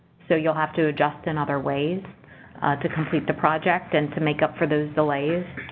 so you'll have to adjust in other ways to complete the project and to make up for those delays.